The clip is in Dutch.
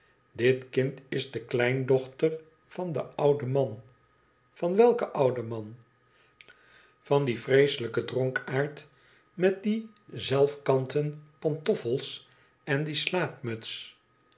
dit kina is de kleindochter van den ouden man van welken ouden man van dien vreeselijken dronkaard met die zelf kanten pantoffels en die